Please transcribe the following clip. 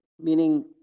meaning